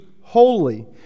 holy